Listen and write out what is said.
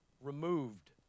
removed